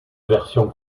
version